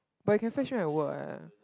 but you can fetch me at work what